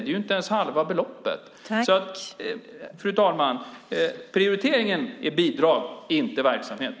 Det är inte ens halva beloppet. Fru talman! Prioriteringen är bidrag, inte verksamhet.